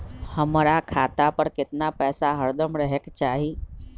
हमरा खाता पर केतना पैसा हरदम रहे के चाहि?